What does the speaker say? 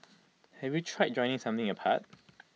have you tried joining something apart